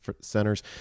centers